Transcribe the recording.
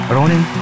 Ronin